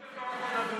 איך בן ברק מדבר?